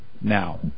now